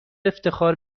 افتخار